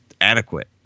adequate